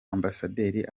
ambasaderi